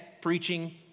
preaching